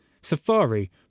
Safari